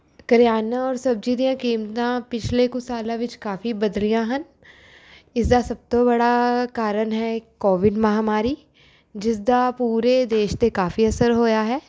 ਕਰਿਆਨਾ ਔਰ ਸਬਜ਼ੀ ਦੀਆਂ ਕੀਮਤਾਂ ਪਿਛਲੇ ਕੁਛ ਸਾਲਾਂ ਵਿੱਚ ਕਾਫ਼ੀ ਬਦਲੀਆਂ ਹਨ ਇਸਦਾ ਸਭ ਤੋਂ ਬੜਾ ਕਾਰਨ ਹੈ ਕੋਵਿਡ ਮਹਾਂਮਾਰੀ ਜਿਸਦਾ ਪੂਰੇ ਦੇਸ਼ 'ਤੇ ਕਾਫ਼ੀ ਅਸਰ ਹੋਇਆ ਹੈ